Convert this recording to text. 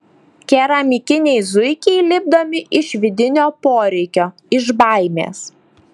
keramikiniai zuikiai lipdomi iš vidinio poreikio iš baimės